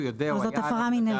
יודע או היה עליו לדעת.